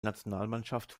nationalmannschaft